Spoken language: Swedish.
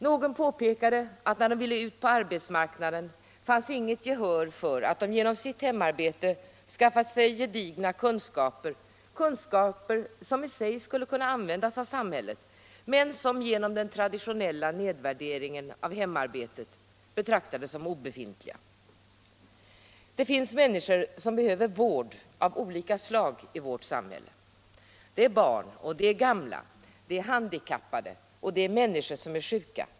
Någon påpekade att när de ville ut på arbetsmarknaden, fanns inget gehör för att de genom sitt hemarbete skaffat sig gedigna kunskaper - kunskaper som i sig skulle kunna användas av samhället men som genom den traditionella nedvärderingen av hemarbetet betraktas som obefintliga. Det finns människor som behöver vård av olika slag i vårt samhälle. Det är barn och gamla, det är handikappade och människor som är sjuka.